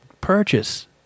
purchase